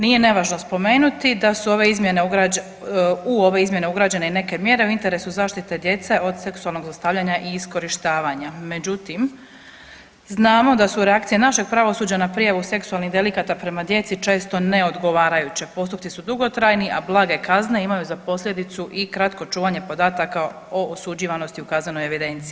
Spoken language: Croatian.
Nije nevažno spomenuti da su u ove izmjene ugrađene i neke mjere u interesu zaštite djece od seksualnog zlostavljanja i iskorištavanja, međutim znamo da su reakcije našeg pravosuđa na prijavu seksualnih delikata prema djeci često ne odgovarajuća, postupci su dugotrajni, a blage kazne imaju za posljedicu i kratko čuvanje podataka o osuđivanosti u kaznenoj evidenciji.